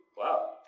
Wow